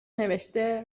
نوشته